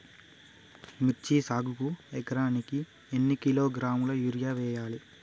మిర్చి సాగుకు ఎకరానికి ఎన్ని కిలోగ్రాముల యూరియా వేయాలి?